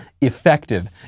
effective